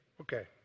Okay